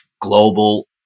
global